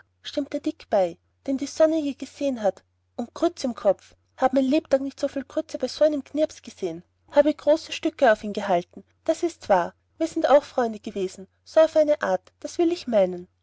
stimmte dick bei den die sonne je gesehen hat und grütze im kopf hab mein lebtag nicht so viel grütze bei so einem knirps gesehen habe große stücke auf ihn gehalten das ist wahr wir sind auch freunde gewesen so auf eine art das will ich meinen